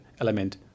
element